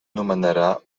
nomenarà